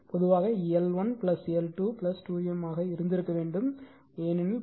பொதுவாக L1 L2 2M M ஆக இருந்திருக்க வேண்டும்